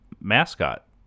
mascot